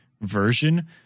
version